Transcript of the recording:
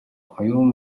оюун